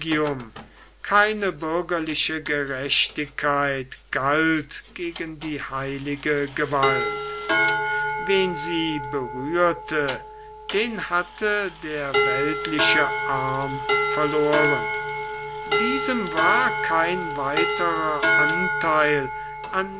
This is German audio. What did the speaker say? keine bürgerliche gerechtigkeit galt gegen die heilige gewalt wen sie berührte den hatte der weltliche arm verloren diesem war kein weiterer antheil an